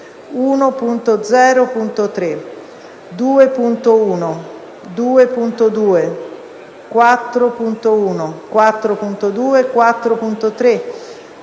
1.0.3, 2.1, 2.2, 4.1, 4.2, 4.3,